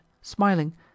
smiling